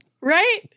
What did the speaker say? right